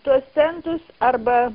tuos centus arba